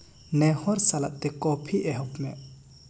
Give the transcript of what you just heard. ᱱᱮᱦᱚᱨ ᱥᱟᱞᱟᱜ ᱛᱮ ᱠᱚᱯᱷᱤ ᱮᱦᱚᱯ ᱢᱮ